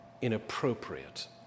inappropriate